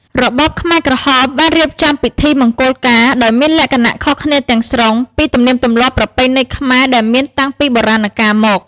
របបខ្មែរក្រហមបានរៀបចំពិធីមង្គលការដោយមានលក្ខណៈខុសគ្នាទាំងស្រុងពីទំនៀមទម្លាប់ប្រពៃណីខ្មែរដែលមានតាំងពីបុរាណកាលមក។